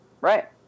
right